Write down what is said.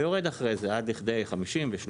ויורד אחרי זה עד לכדי 30% ו-50%.